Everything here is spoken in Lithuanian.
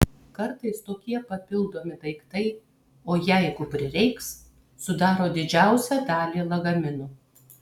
kartais tokie papildomi daiktai o jeigu prireiks sudaro didžiausią dalį lagamino